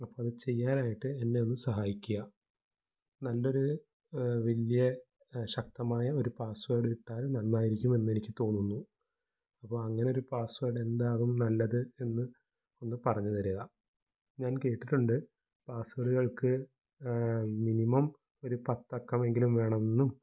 അപ്പോള് ഇത് ചെയ്യാനായിട്ട് എന്നെ ഒന്ന് സഹായിക്കുക നല്ലൊരു വലിയ ശക്തമായ ഒരു പാസ്വേഡ് ഇട്ടാൽ നന്നായിരിക്കും എന്ന് എനിക്ക് തോന്നുന്നു അപ്പോള് അങ്ങനൊര് പാസ്വേഡ് എന്താകും നല്ലത് എന്ന് ഒന്ന് പറഞ്ഞ് തരിക ഞാൻ കേട്ടിട്ടുണ്ട് പാസ്വേഡുകൾക്ക് മിനിമം ഒരുപത്തക്കമെങ്കിലും വേമെന്നും